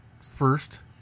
first